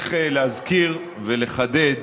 צריך להזכיר ולחדד